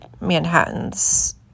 Manhattans